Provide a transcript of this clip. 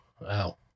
Wow